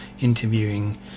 interviewing